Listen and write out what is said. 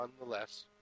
nonetheless